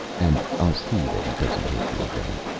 and i'll see that he doesn't hit you again.